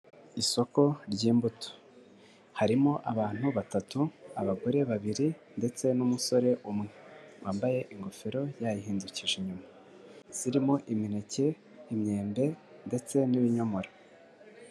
Isoko ry'imbuto harimo abantu batatu abagore babiri ndetse n'umusore umwe. Wambaye ingofero yayihindukije inyuma. Zirimo imineke, imyembe ndetse n'ibinyomoro.